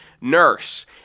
Nurse